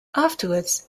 afterwards